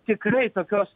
tikrai tokios